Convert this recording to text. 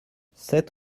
sept